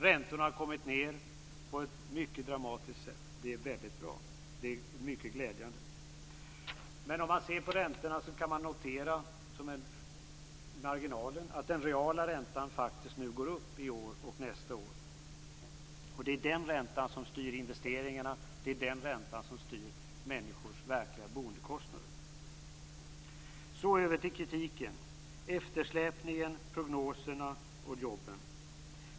Räntorna har kommit ned på ett mycket dramatiskt sätt. Det är väldigt bra. Det är mycket glädjande. Men om man ser på räntorna kan man notera i marginalen att den reala räntan faktiskt går upp i år och nästa år. Det är den räntan som styr investeringarna. Det är den räntan som styr människors verkliga boendekostnader. Så över till kritiken: eftersläpningen, prognoserna och jobben.